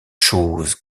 chose